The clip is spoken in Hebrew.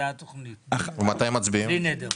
זה התוכנית, בלי נדר.